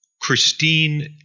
Christine